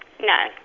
No